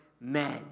men